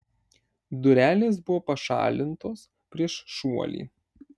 durelės buvo pašalintos prieš šuolį